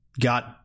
got